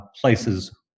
places